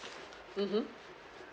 mmhmm